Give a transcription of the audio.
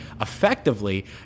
effectively